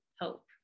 hope